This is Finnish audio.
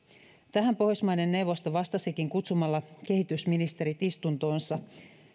tähän pohjoismaiden neuvosto vastasikin kutsumalla kehitysministerit istuntoonsa